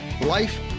Life